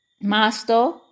Master